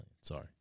sorry